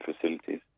facilities